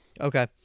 Okay